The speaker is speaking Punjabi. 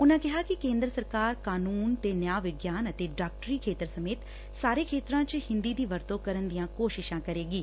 ਉਨੂਾ ਕਿਹਾ ਕਿ ਕੇਂਦਰ ਸਰਕਾਰ ਕਾਨੂੰਨ ਤੇ ਨਿਆਂ ਵਿਗਿਆਨ ਅਤੇ ਡਾਕਟਰੀ ਖੇਤਰ ਸਮੇਤ ਸਾਰੇ ਖੇਤਰਾਂ ਚ ਹਿੰਦੀ ਦੀ ਵਰਤੋ ਕਰਨ ਦੀਆਂ ਕੋਸ਼ਿਸ਼ਾਂ ਕਰੇਗੀ